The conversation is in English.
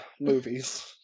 movies